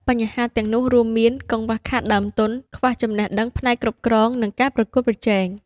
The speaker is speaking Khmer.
បញ្ហាទាំងនោះរួមមាន កង្វះខាតដើមទុន ខ្វះចំណេះដឹងផ្នែកគ្រប់គ្រង និងការប្រកួតប្រជែង។